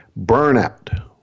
Burnout